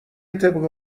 طبق